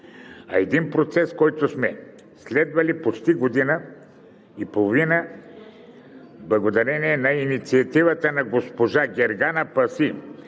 е един процес, който сме следвали почти година и половина. Той е благодарение на инициативата на госпожа Гергана Паси